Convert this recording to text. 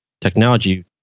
technology